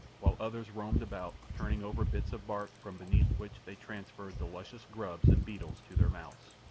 while others roamed about turning over bits of bark from beneath which they transferred the luscious grubs and beetles to their mouths.